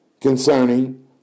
concerning